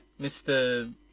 Mr